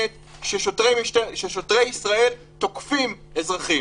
זה, שוטרים תוקפים את האזרחים.